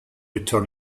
return